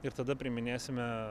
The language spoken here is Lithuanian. ir tada priiminėsime